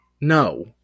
No